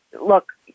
look